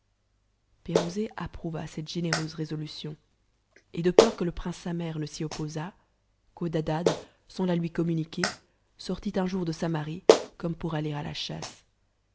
reconnaisse pirouzéapprouva cette généreuse résolution et de peur que le prince samer ne s'y opposât codadad sans la lui communiquer sortit un jour de samarie comme pour aller a la chasse